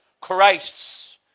Christ's